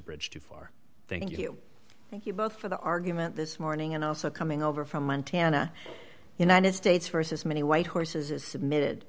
bridge too far thank you thank you both for the argument this morning and also coming over from montana united states versus many white horses is submitted